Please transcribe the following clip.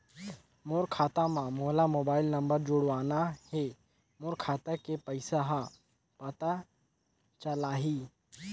मोर खाता मां मोला मोबाइल नंबर जोड़वाना हे मोर खाता के पइसा ह पता चलाही?